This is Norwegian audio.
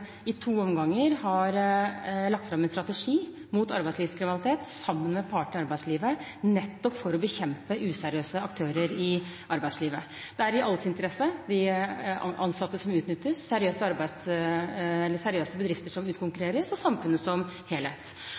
i to omganger har lagt fram en strategi mot arbeidslivskriminalitet sammen med partene i arbeidslivet, nettopp for å bekjempe useriøse aktører i arbeidslivet. Det er i alles interesse – de ansatte som utnyttes, seriøse bedrifter som utkonkurreres, og samfunnet som helhet.